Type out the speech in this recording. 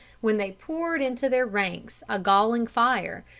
when they poured into their ranks a galling fire,